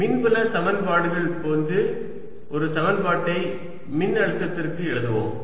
மின்புல சமன்பாடுகள் போன்று ஒரு சமன்பாட்டை மின்னழுத்தத்திற்கு எழுதுவோம்